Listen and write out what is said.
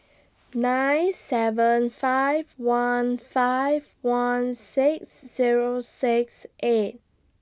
nine seven five one five one six Zero six eight